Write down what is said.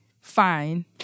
fine